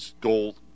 gold